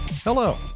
Hello